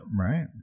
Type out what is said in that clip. Right